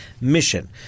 mission